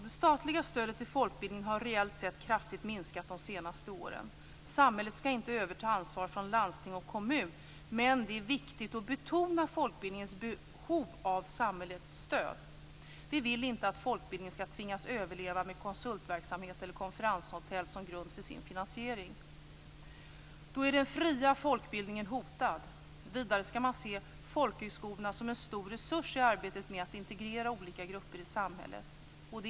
Det statliga stödet till folkbildningen har reellt sett kraftigt minskat de senaste åren. Samhället skall inte överta ansvaret från landsting och kommun. Men det är viktigt att betona folkbildningens behov av samhällets stöd. Vi vill inte att folkbildningen skall tvingas överleva med konsultverksamhet eller konferenshotell som grund för sin finansiering. Då är den fria folkbildningen hotad. Vidare skall man se folkhögskolorna som en stor resurs i arbetet med att integrera olika grupper i samhället.